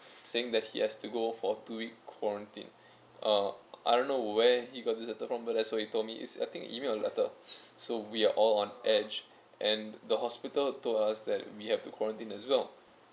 saying that he has to go for two week quarantine uh I don't know where he got this letter from but that's what he told me is I think email or letter so we're all on edge and the hospital told us that we have to quarantine as well